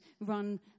run